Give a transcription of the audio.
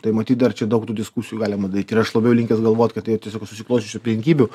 tai matyt dar čia daug tų diskusijų galima daryt ir aš labiau linkęs galvot kad tai yra tiesiog susiklosčiusių aplinkybių